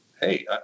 hey